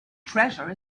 treasure